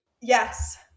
yes